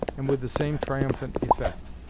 and with the same triumphant effect.